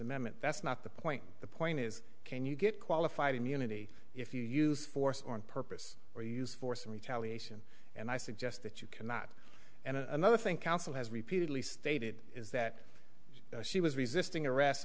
amendment that's not the point the point is can you get qualified immunity if you use force on purpose or use force in retaliation and i suggest that you cannot and another thing counsel has repeatedly stated is that she was resisting arrest